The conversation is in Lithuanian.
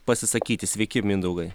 pasisakyti sveiki mindaugai